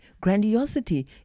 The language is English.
Grandiosity